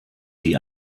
die